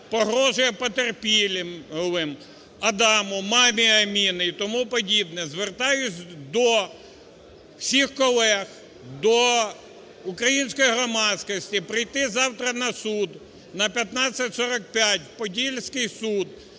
погрожує потерпілим: Адаму, мамі Аміни і тому подібне. Звертаюсь до всіх колег, до української громадськості прийти завтра на суд, на 15:45, в Подільський суд,